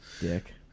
Dick